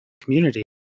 community